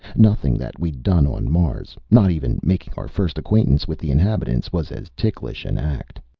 nothing that we'd done on mars not even making our first acquaintance with the inhabitants was as ticklish an act.